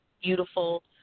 beautiful